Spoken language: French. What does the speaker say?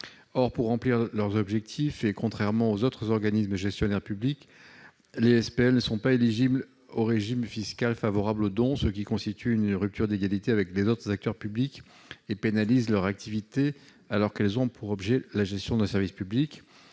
Or, pour remplir leurs objectifs, et contrairement aux autres organismes gestionnaires publics, les SPL ne sont pas éligibles au régime fiscal favorable aux dons, ce qui constitue une rupture d'égalité avec les autres acteurs publics et pénalise leur activité, alors qu'elles ont pour objet la gestion d'un service public.